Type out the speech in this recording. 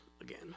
again